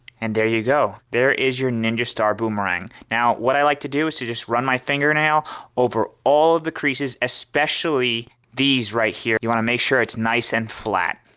and there you go there is your ninja star boomerang. now what i like to do is to just run my fingernail over all of the creases especially these right here you want to make sure it's nice and flat.